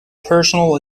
personal